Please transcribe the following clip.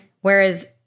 Whereas